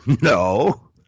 No